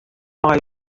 mei